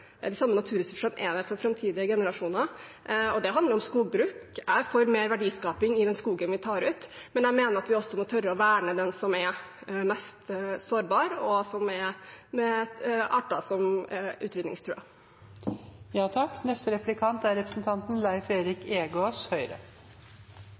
naturressursene er der for framtidige generasjoner. Det handler om skogbruk. Jeg er for mer verdiskaping i den skogen vi tar ut, men jeg mener også at vi må tørre å verne den som er mest sårbar, og som har arter som er